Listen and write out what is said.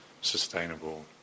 sustainable